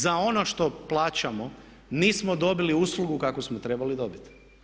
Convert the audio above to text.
Za ono što plaćamo nismo dobili uslugu kakvu smo trebali dobiti.